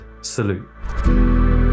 salute